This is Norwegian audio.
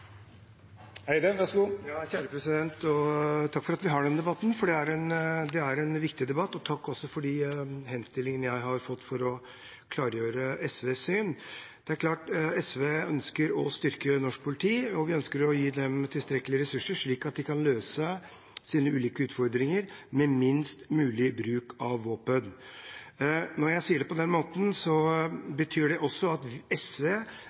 viktig debatt. Takk også for henstillingen jeg har fått om å klargjøre SVs syn. Det er klart at SV ønsker å styrke norsk politi. Vi ønsker å gi dem tilstrekkelig med ressurser, slik at de kan løse sine ulike utfordringer med minst mulig bruk av våpen. Når jeg sier det på den måten, betyr det også at SV